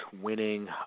winning